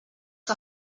que